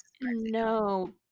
No